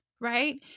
right